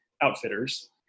outfitters